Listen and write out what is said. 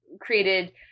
created